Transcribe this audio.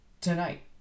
tonight